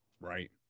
Right